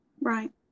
Right